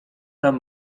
tam